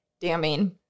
damning